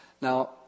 Now